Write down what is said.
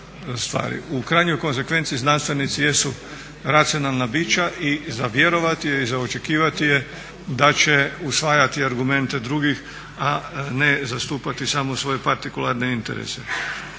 U krajnjoj konzekvenci znanstvenici jesu racionalna bića i za vjerovati je i za očekivati je da će usvajati argumente drugih a ne zastupati samo svoje partikularne interese.